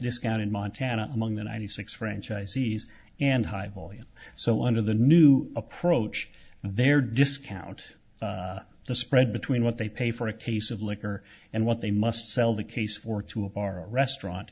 discount in montana among the ninety six franchisees and high volume so under the new approach there discount the spread between what they pay for a case of liquor and what they must sell the case for to a bar or restaurant